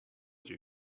told